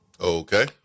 Okay